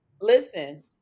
Listen